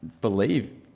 believe